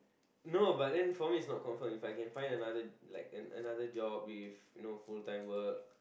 no but then for me is not confirmed If I can find another like another job you know with full time work